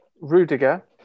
Rudiger